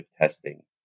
testing